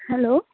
hello